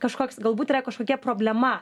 kažkoks galbūt yra kažkokia problema